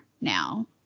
now